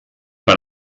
per